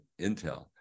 Intel